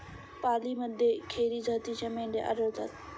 पालीमध्ये खेरी जातीच्या मेंढ्या आढळतात